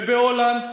ובהולנד,